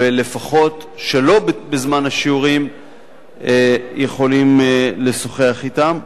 ולפחות שלא בזמן השיעורים יכולים לשוחח אתם,